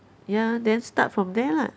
ya then start from there lah